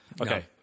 Okay